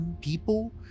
people